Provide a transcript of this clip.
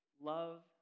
love